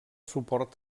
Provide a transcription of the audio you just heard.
suport